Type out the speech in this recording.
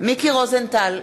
מיקי רוזנטל,